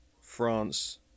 France